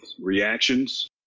reactions